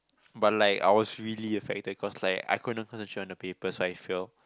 but like I was really affected cause like I couldn't concentrate on the papers so I fail